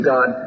God